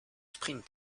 sprint